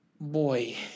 boy